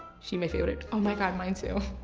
she my favorite. oh my god, mine too.